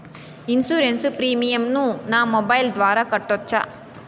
Insurance premium ను నా mobile ద్వారా కట్టొచ్చా?